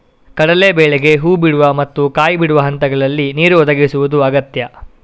ಕಡಲೇ ಬೇಳೆಗೆ ಹೂ ಬಿಡುವ ಮತ್ತು ಕಾಯಿ ಬಿಡುವ ಹಂತಗಳಲ್ಲಿ ನೀರು ಒದಗಿಸುದು ಅಗತ್ಯ